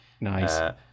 Nice